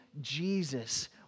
Jesus